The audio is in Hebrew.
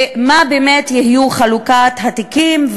ומה באמת תהיה חלוקת התיקים,